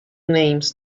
names